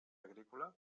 agrícola